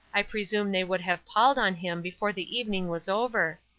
i presume they would have palled on him before the evening was over.